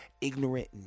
ignorant